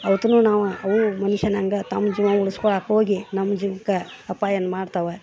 ಅವುನು ನಾವು ಅವೂ ಮನುಷ್ಯನಂಗೆ ತಮ್ಮ ಜೀವನ ಉಳಿಸ್ಕೋಳಕೋಗಿ ನಮ್ಮ ಜೀವಕ್ಕೆ ಅಪಾಯ ಮಾಡ್ತವೆ